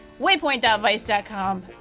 waypoint.vice.com